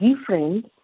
different